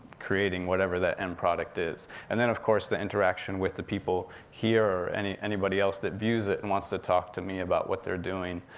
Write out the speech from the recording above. creating whatever that end product is. and then of course, the interaction with the people here, and anybody else that views it and wants to talk to me about what they're doing,